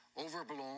overblown